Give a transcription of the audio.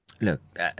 Look